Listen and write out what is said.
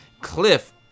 Cliff